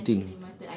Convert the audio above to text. what bend thing